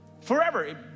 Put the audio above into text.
forever